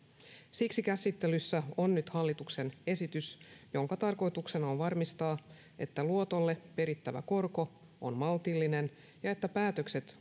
siksi käsittelyssä on nyt hallituksen esitys jonka tarkoituksena on varmistaa että luotolle perittävä korko on maltillinen ja että päätökset